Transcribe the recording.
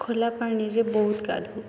ଖୋଲା ପାଣିରେ ବହୁତ ଗାଧୁ